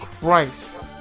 Christ